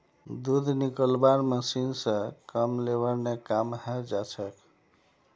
दूध निकलौव्वार मशीन स कम लेबर ने काम हैं जाछेक